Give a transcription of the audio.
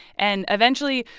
and, eventually,